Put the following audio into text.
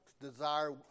desire